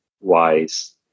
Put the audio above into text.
wise